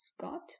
Scott